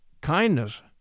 Kindness